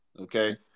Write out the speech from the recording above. okay